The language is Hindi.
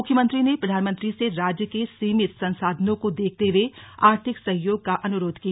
मुख्यमंत्री ने प्रधानमंत्री से राज्य के सीमित संसाधनों को देखते हुए आर्थिक सहयोग का अनुरोध किया